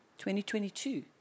2022